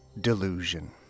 delusion